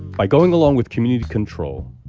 by going along with community control,